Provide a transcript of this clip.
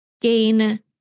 gain